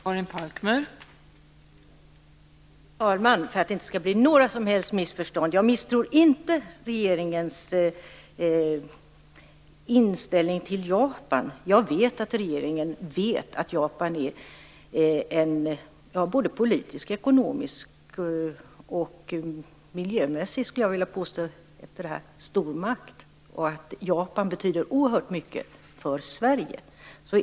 Fru talman! För att det inte skall bli några som helst missförstånd vill jag säga att jag inte misstror regeringens inställning till Japan. Jag vet att regeringen vet att Japan är en såväl politisk och ekonomisk som miljömässig stormakt och att Japan betyder oerhört mycket för Sverige.